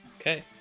Okay